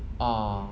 ah